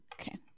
Okay